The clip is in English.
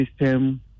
system